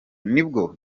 nibwo